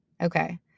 Okay